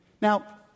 Now